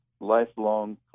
lifelong